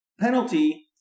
penalty